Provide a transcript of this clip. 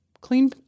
clean